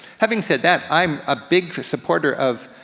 having said that, i'm a big supporter of